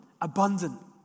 abundant